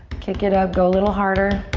kick it up. go a little harder.